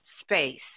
space